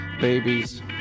babies